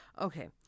Okay